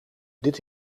dit